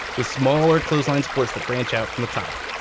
with smaller clothes lines supports that branch out from the top.